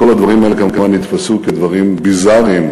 כל הדברים האלה כמובן נתפסו כדברים ביזאריים,